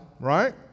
right